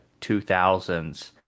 2000s